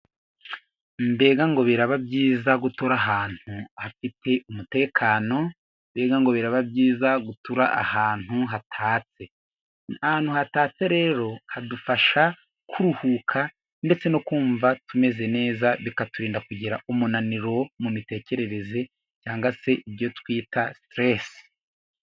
Mbega ngo biraba byiza gutura ahantu hafite umutekano, mbegaga ngo biraba byiza gutura ahantu. Ahantu hatatse rero hadufasha kuruhuka ndetse no kumva tumeze neza, bikaturinda kugira umunaniro mu mitekerereze cyangwa se ibyo twita siteresi.